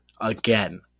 again